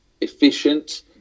Efficient